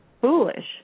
foolish